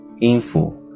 info